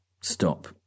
stop